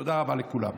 תודה רבה לכולם.